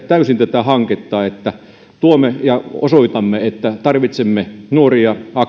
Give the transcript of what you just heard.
täysin tätä hanketta että osoitamme että tarvitsemme nuoria